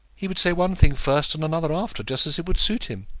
he would say one thing first and another after, just as it would suit him.